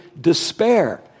despair